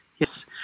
Yes